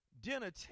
dinner